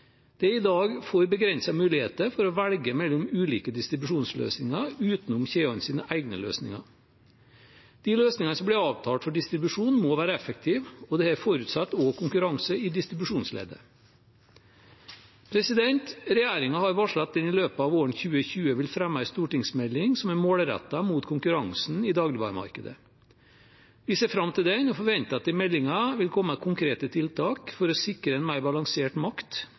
Det er i dag for begrensede muligheter for å velge mellom ulike distribusjonsløsninger utenom kjedenes egne løsninger. De løsningene som blir avtalt for distribusjon, må være effektive, og dette forutsetter også konkurranse i distribusjonsleddet. Regjeringen har varslet at den i løpet av våren 2020 vil fremme en stortingsmelding som er målrettet mot konkurransen i dagligvaremarkedet. Vi ser fram til den og forventer at det i meldingen vil komme konkrete tiltak for å sikre en mer balansert makt